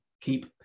keep